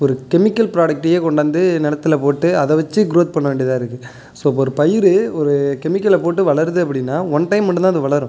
ஒரு கெமிக்கல் ப்ராடெக்ட்டயே கொண்டாந்து நிலத்துல போட்டு அதை வச்சு க்ரோத் பண்ண வேண்டியதாக இருக்குது ஸோ ஒரு பயிர் ஒரு கெமிக்கலை போட்டு வளருது அப்படின்னா ஒன் டைம் மட்டும் தான் அது வளரும்